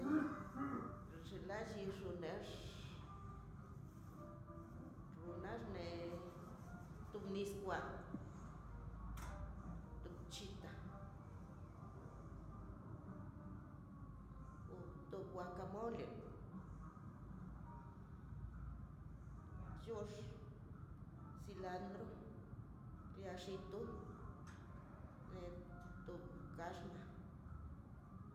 loi xinlalla run nex runa xne tob nis kwan to bchita o to wakamole yox cilantro nia xito neo kabxma